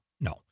no